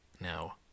now